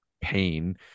pain